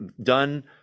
done